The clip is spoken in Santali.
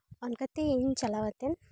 ᱚᱱᱠᱟ ᱛᱮ ᱤᱧ ᱪᱟᱞᱟᱣ ᱠᱟᱛᱮᱫ